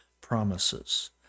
promises